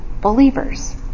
believers